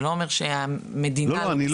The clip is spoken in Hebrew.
זה לא אומר שהמדינה היא לא בסדר.